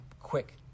quick